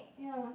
ya